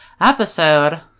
episode